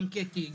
גם קטי,